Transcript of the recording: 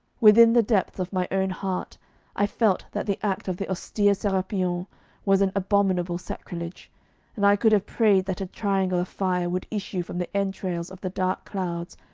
within the depths of my own heart i felt that the act of the austere serapion was an abominable sacrilege and i could have prayed that a triangle fire would issue from the entrails of the dark clouds,